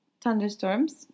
thunderstorms